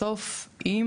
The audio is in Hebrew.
בסוף אם